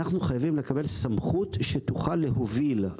אנחנו חייבים לקבל סמכות שתוכל להוביל,